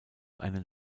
einen